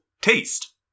taste